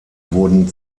wurden